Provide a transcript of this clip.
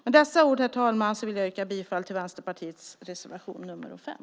Med dessa ord, herr talman, yrkar jag bifall till Vänsterpartiets reservation 5.